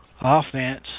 Offense